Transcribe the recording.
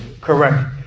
correct